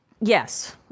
Yes